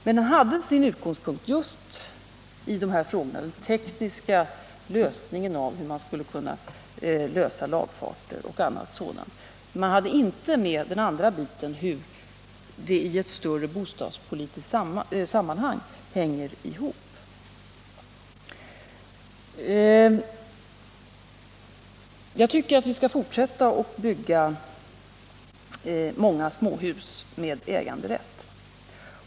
Men utgångspunkten låg just ide här frågorna, nämligen hur man tekniskt skulle kunna lösa frågan om lagfart m.m. Man tog inte med den andra biten, om hur det i ett större bostadspolitiskt sammanhang hänger ihop. Jag tycker att vi skall fortsätta att bygga många småhus med äganderätt.